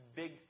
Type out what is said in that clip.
big